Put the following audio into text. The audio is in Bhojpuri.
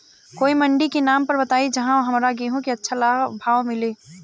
कोई मंडी के नाम बताई जहां हमरा गेहूं के अच्छा भाव मिले?